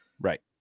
right